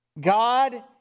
God